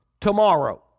tomorrow